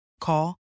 Call